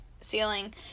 ceiling